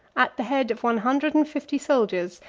at the head of one hundred and fifty soldiers,